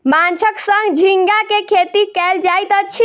माँछक संग झींगा के खेती कयल जाइत अछि